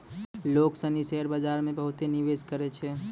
लोग सनी शेयर बाजार मे बहुते निवेश करै छै